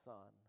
Son